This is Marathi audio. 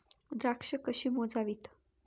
द्राक्षे कशी मोजावीत?